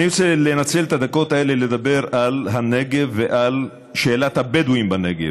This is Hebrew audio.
אני רוצה לנצל את הדקות האלה לדבר על הנגב ועל שאלת הבדואים בנגב.